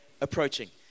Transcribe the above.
approaching